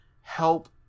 help